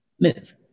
move